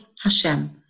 Hashem